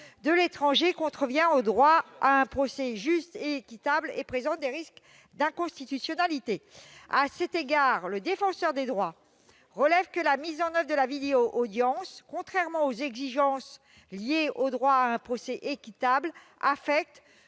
de l'étranger contrevient au droit à un procès juste et équitable et présente des risques d'inconstitutionnalité. À cet égard, le Défenseur des droits relève que la mise en oeuvre de la vidéo-audience, contrairement aux exigences liées au droit à un procès équitable, affecte